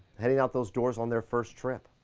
heading out those doors on their first trip.